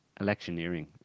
electioneering